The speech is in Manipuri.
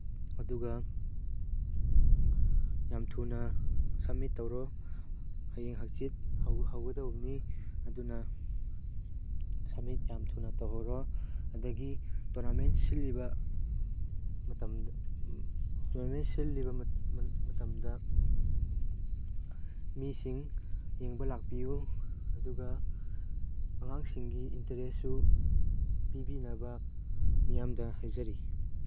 ꯑꯗꯨꯒ ꯌꯥꯝ ꯊꯨꯅ ꯁꯃꯤꯠ ꯇꯧꯔꯣ ꯍꯌꯦꯡ ꯍꯥꯡꯆꯤꯠ ꯍꯧꯒꯗꯧꯕꯅꯤ ꯑꯗꯨꯅ ꯁꯃꯤꯠ ꯌꯥꯝ ꯊꯨꯅ ꯇꯧꯍꯧꯔꯣ ꯑꯗꯒꯤ ꯇꯣꯔꯥꯅꯃꯦꯟ ꯁꯤꯜꯂꯤꯕ ꯃꯇꯝꯗ ꯇꯣꯔꯅꯥꯃꯦꯟ ꯁꯤꯜꯂꯤꯕ ꯃꯇꯝꯗ ꯃꯤꯁꯤꯡ ꯌꯦꯡꯕ ꯂꯥꯛꯄꯤꯌꯨ ꯑꯗꯨꯒ ꯑꯉꯥꯡꯁꯤꯡꯒꯤ ꯏꯟꯇꯔꯦꯁꯁꯨ ꯄꯤꯕꯤꯅꯕ ꯃꯤꯌꯥꯝꯗ ꯍꯥꯏꯖꯔꯤ